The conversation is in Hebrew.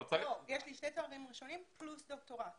יש לי שני תארים ראשונים פלוס דוקטורט.